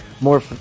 more